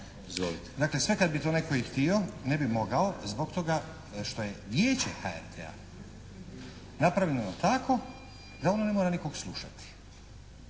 Dakle sve kad bi to netko i htio ne bi mogao zbog toga što je Vijeće HRT-a napravljeno tako da ono ne mora nikog slušati.